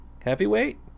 heavyweight